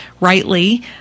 rightly